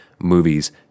Movies